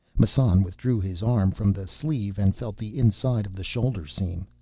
massan withdrew his arm from the sleeve and felt the inside of the shoulder seam.